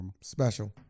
Special